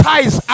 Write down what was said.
Ties